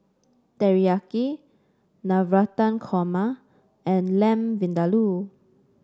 Teriyaki Navratan Korma and Lamb Vindaloo